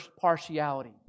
partiality